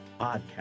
podcast